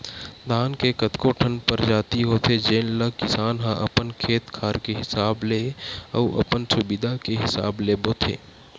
धान के कतको ठन परजाति होथे जेन ल किसान ह अपन खेत खार के हिसाब ले अउ अपन सुबिधा के हिसाब ले बोथे